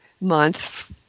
month